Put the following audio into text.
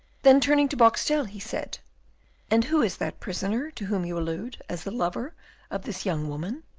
then, turning to boxtel, he said and who is that prisoner to whom you allude as the lover of this young woman?